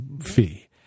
fee